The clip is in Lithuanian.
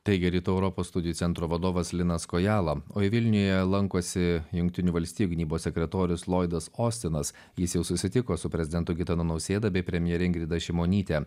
teigė rytų europos studijų centro vadovas linas kojala o į vilniuje lankosi jungtinių valstijų gynybos sekretorius loidas ostinas jis jau susitiko su prezidentu gitanu nausėda bei premjere ingrida šimonyte